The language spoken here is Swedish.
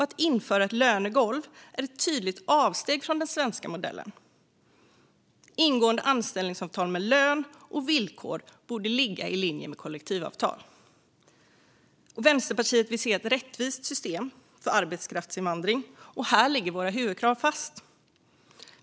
Att införa ett lönegolv är ett tydligt avsteg från den svenska modellen. Ingående anställningsavtal med lön och villkor borde ligga i linje med kollektivavtal. Vänsterpartiet vill se ett rättvist system för arbetskraftsinvandring, och här ligger våra huvudkrav fast.